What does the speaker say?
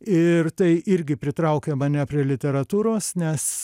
ir tai irgi pritraukė mane prie literatūros nes